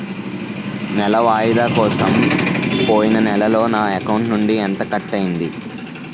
నెల వాయిదా కోసం పోయిన నెలలో నా అకౌంట్ నుండి ఎంత కట్ అయ్యింది?